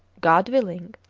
god willing,